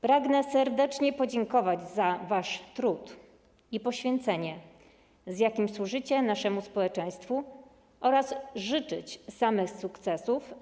Pragnę serdecznie podziękować za wasz trud i poświęcenie, z jakim służycie naszemu społeczeństwu, oraz życzyć wam samych sukcesów.